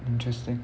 interesting